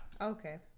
Okay